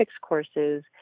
courses